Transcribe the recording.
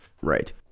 Right